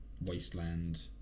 Wasteland